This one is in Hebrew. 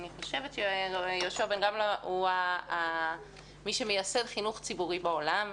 אני חושבת שיהושע בן גמלא הוא מי שמייסד חינוך ציבורי בעולם,